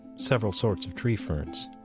several sorts of tree ferns.